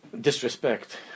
disrespect